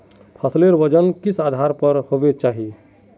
फसलेर वजन किस आधार पर होबे चही?